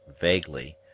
vaguely